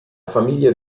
famiglia